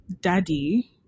daddy